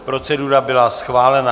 Procedura byla schválena.